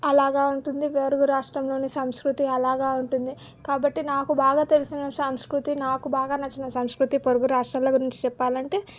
అలాగ ఉంటుంది వేరు వేరు రాష్టంలోని సంస్కృతి అలాగా ఉంటుంది కాబట్టి నాకు బాగా తెలిసిన సంస్కృతి నాకు బాగా నచ్చిన సంస్కృతి పొరుగు రాష్ట్రాల గురించి చెప్పాలంటే